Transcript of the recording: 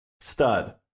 stud